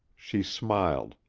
she smiled.